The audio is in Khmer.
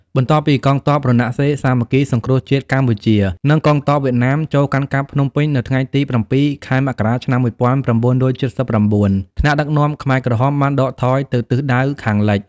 បន្ទាប់ពីកងទ័ពរណសិរ្សសាមគ្គីសង្គ្រោះជាតិកម្ពុជា និងកងទ័ពវៀតណាមចូលកាន់កាប់ភ្នំពេញនៅថ្ងៃទី៧ ខែមករា ឆ្នាំ១៩៧៩ ថ្នាក់ដឹកនាំខ្មែរក្រហមបានដកថយទៅទិសដៅខាងលិច។